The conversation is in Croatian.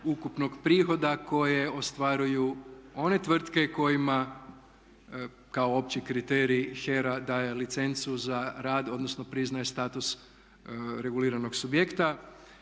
ukupnog prihoda koje ostvaruju one tvrtke kojima kao opći kriterij HERA daje licencu za rad odnosno priznaje status reguliranog subjekta.